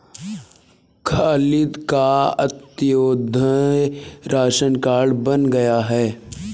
खालिद का अंत्योदय ration card बन गया है